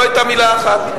לא היתה מלה אחת.